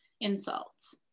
insults